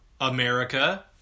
America